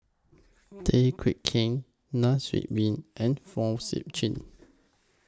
Tay Teow Kiat Nai Swee Leng and Fong Sip Chee